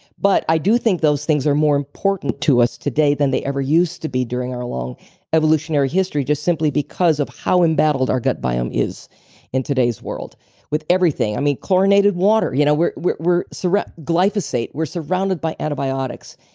but i do think those things are more important to us today than they ever used to be during our long evolutionary history, just simply because of how embattled our gut biome is in today's world with everything. i mean, chlorinated water, you know. we're we're surrounded. glyphosate. we're surrounded by antibiotics.